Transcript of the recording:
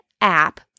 app